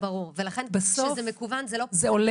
בסוף זה עולה המון.